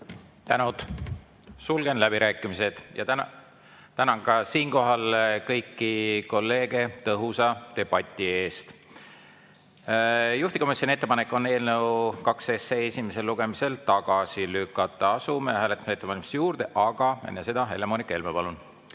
Tänud! Sulgen läbirääkimised ja tänan siinkohal ka kõiki kolleege tõhusa debati eest. Juhtivkomisjoni ettepanek on eelnõu 2 esimesel lugemisel tagasi lükata. Asume hääletuse ettevalmistuse juurde, aga enne seda Helle-Moonika Helme, palun!